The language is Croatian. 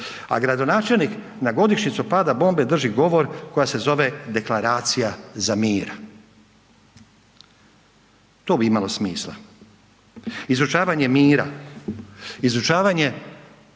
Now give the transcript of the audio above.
a gradonačelnik na godišnjicu pada bombe drži govor koja se zove Deklaracija za mir. To bi imalo smisla. Izučavanje mira, izučavanje